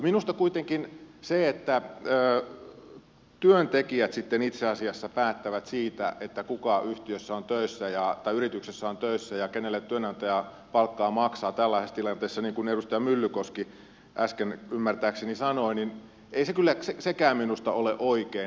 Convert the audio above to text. minusta kuitenkaan sekään että työntekijät sitten itse asiassa päättävät siitä että kukaan yhtiössä on töissä kuka yrityksessä on töissä ja kenelle työnantaja palkkaa maksaa tällaisessa tilanteessa niin kuin edustaja myllykoski äsken ymmärtääkseni sanoi ei kyllä ole oikein